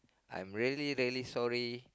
I'm really really sorry